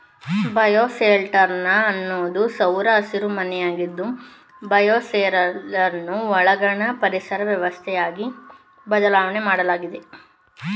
bioshelter ಅನ್ನೋದು ಸೌರ ಹಸಿರುಮನೆಯಾಗಿದ್ದು ಬಯೋಶೆಲ್ಟರನ್ನು ಒಳಾಂಗಣ ಪರಿಸರ ವ್ಯವಸ್ಥೆಯಾಗಿ ನಿರ್ವಹಿಸಲಾಗ್ತದೆ